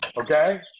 okay